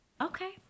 Okay